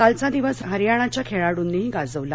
कालचा दिवस हरियाणाच्या खेळाडूंनीही गाजवला